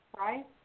right